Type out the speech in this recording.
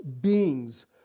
beings